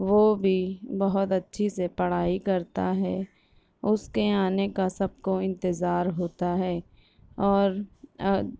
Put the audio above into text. وہ بھی بہت اچھی سے پڑھائی کرتا ہے اس کے آنے کا سب کو انتظار ہوتا ہے اور